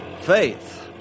Faith